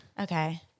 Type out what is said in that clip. Okay